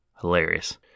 Hilarious